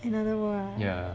another world ah